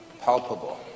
palpable